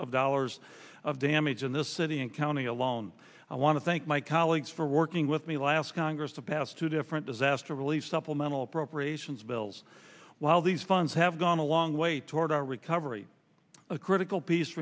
of dollars of damage in this city and county alone i want to thank my colleagues for working with me last congress to pass two different disaster relief supplemental appropriations bills while these funds have gone a long way toward our recovery a critical piece